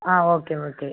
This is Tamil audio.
ah okay okay